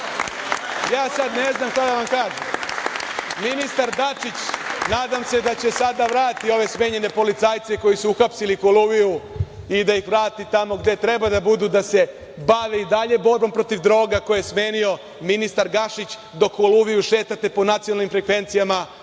Ja sad ne znam šta da vam kažem. Ministar Dačić, nadam se da će sad da vrati ove smenjene policajce koji su uhapsili Koluviju i da ih vrati tamo gde treba da budu, da se i dalje bave borbom protiv droga, a koje je smenio ministar Gašić, dok Koluviju šetate po nacionalnim frekvencijama i